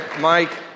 Mike